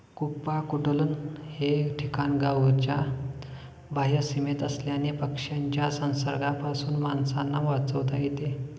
कुक्पाकुटलन हे ठिकाण गावाच्या बाह्य सीमेत असल्याने पक्ष्यांच्या संसर्गापासून माणसांना वाचवता येते